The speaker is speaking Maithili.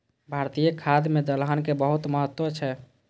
भारतीय खाद्य मे दलहन के बहुत महत्व छै